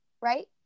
right